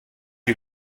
you